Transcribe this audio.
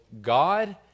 God